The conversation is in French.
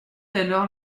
alors